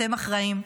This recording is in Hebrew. אתם אחראים.